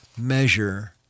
measure